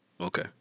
Okay